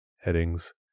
headings